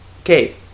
Okay